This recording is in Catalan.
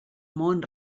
món